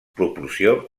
proporció